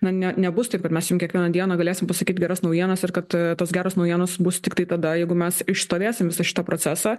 na ne nebus taip kad mes jum kiekvieną dieną galėsim pasakyt geras naujienas ir kad tos geros naujienos bus tiktai tada jeigu mes išstovėsim visą šitą procesą